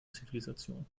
zivilisation